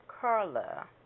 Carla